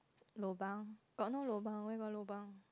lobang got no lobang why you want lobang